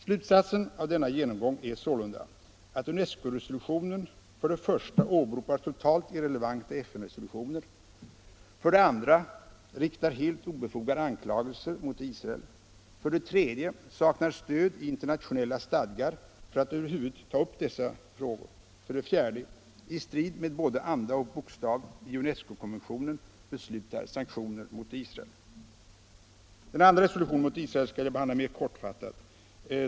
Slutsatsen av denna genomgång blir sålunda att UNESCO-resolutionen 1. åberopar totalt irrelevanta FN-resolutioner, 2. riktar helt obefogade anklagelser mot Israel, 3. saknar stöd i internationella stadgar för att över huvud ta upp dessa frågor samt 4. i strid med både anda och bokstav i UNESCO-konventionen beslutar sanktioner mot Israel. Den andra resolutionen mot Israel skall jag behandla mera kortfattat.